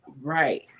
right